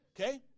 Okay